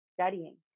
studying